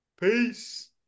Peace